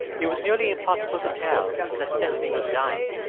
it was nearly impossible to tell that stephanie was dying.